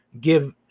give